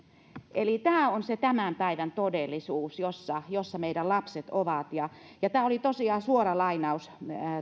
eli tämä on se tämän päivän todellisuus jossa jossa meidän lapset ovat ja ja tämä oli tosiaan suora lainaus